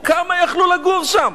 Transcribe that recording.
כמה יכלו לגור שם?